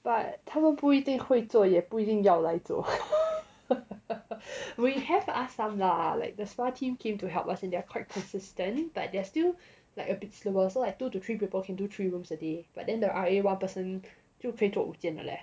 but 他们不一定会做也不一定要来做 we have asked some lah like the spa team came to help us and they are quite consistent but they are still like a bit slower so like two to three people can do three rooms a day but then the R_A one person 就可以做五间了 leh